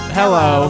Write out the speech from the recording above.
hello